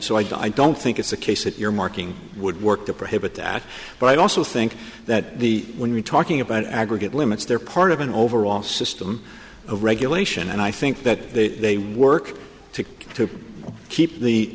so i don't think it's a case that you're marking would work to prohibit that but i also think that the when you're talking about aggregate limits they're part of an overall system of regulation and i think that they work to keep the